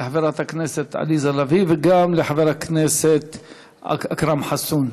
חברת הכנסת עליזה לביא וחבר הכנסת אכרם חסון.